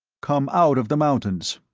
come out of the mountains.